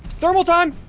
thermal time